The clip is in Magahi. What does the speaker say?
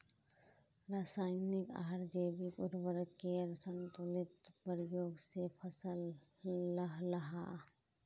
राशयानिक आर जैविक उर्वरकेर संतुलित प्रयोग से फसल लहलहा